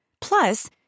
Plus